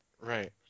Right